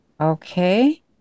Okay